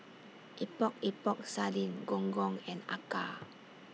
Epok Epok Sardin Gong Gong and Acar